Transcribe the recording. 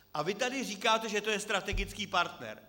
A vy tady říkáte, že to je strategický partner.